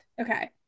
Okay